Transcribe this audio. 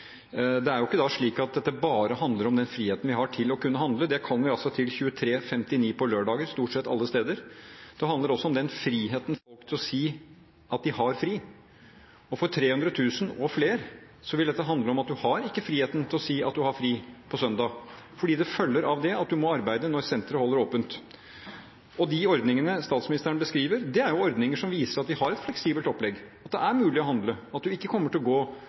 ikke slik at dette bare handler om den friheten vi har til å kunne handle, det kan vi til kl. 23.59 på lørdager stort sett alle steder. Dette handler også om den friheten folk har til å si at de har fri, og for 300 000 og flere vil dette handle om at en ikke har friheten til å si at en har fri på søndag, for det følger av det at en må arbeide når sentret holder åpent. De ordningene statsministeren beskriver, er ordninger som viser at vi har et fleksibelt opplegg, at det er mulig å handle, at en ikke kommer til å gå